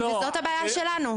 וזאת הבעיה שלנו.